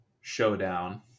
showdown